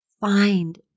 find